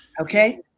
okay